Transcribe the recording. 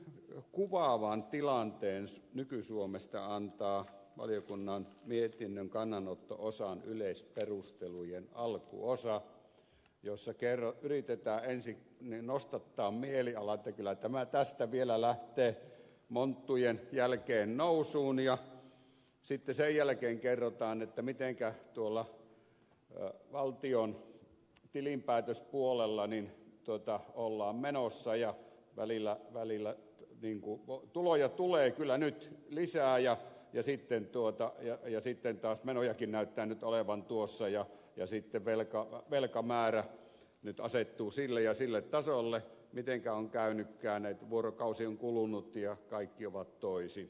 varsin kuvaavan tilanteen nyky suomesta antaa valiokunnan mietinnön kannanotto osan yleisperustelujen alkuosa jossa yritetään ensin nostattaa mielialaa että kyllä tämä tästä vielä lähtee monttujen jälkeen nousuun ja sitten sen jälkeen kerrotaan missä tuolla valtion tilinpäätöspuolella ollaan menossa ja että tuloja tulee kyllä nyt lisää ja sitten taas menojakin näyttää nyt olevan tuossa ja sitten velkamäärä nyt asettuu sille ja sille tasolle ja mitenkä on käynytkään että vuorokausi on kulunut ja kaikki ovat toisin